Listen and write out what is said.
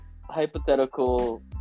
hypothetical